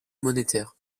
monétaires